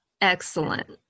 Excellent